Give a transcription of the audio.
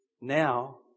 now